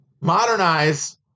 modernize